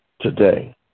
today